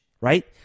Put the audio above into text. right